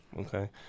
Okay